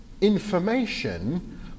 information